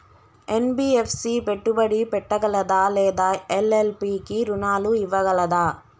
NBFC పెట్టుబడి పెట్టగలదా లేదా ఎల్.ఎల్.పి కి రుణాలు ఇవ్వగలదా?